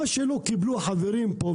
מה שלא קיבלו החברים פה,